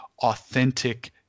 authentic